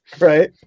Right